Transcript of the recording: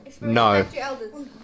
No